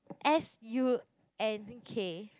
S U N K